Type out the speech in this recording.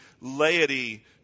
laity